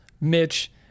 Mitch